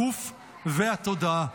הגוף והתודעה.